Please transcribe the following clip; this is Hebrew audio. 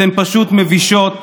אתן פשוט מבישות,